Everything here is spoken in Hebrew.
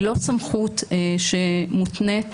היא לא סמכות שמותנית